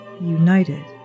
united